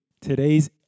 today's